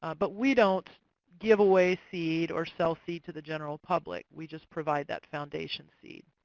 but we don't give away seed or sell seed to the general public. we just provide that foundation seed.